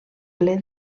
ple